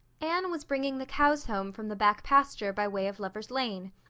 anne was bringing the cows home from the back pasture by way of lover's lane.